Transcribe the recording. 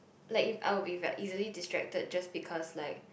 like you I would be ve~ easily distracted just because like